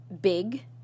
big